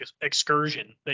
excursion